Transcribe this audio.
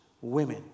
women